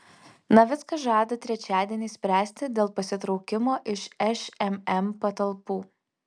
navickas žada trečiadienį spręsti dėl pasitraukimo iš šmm patalpų